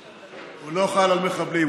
הוא לא חל על מחבלים.